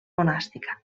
monàstica